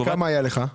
כאלה כמה היה לך?